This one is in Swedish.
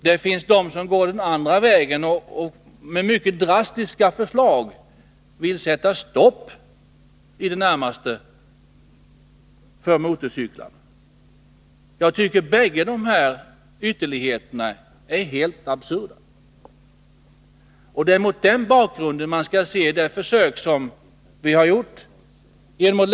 Det finns också de som går den andra vägen och med mycket drastiska förslag i det närmaste vill sätta stopp för motorcyklar. Jag tycker att båda dessa ytterligheter är helt absurda. Det är mot den bakgrunden man skall se de förslag som propositionen innehåller.